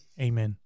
Amen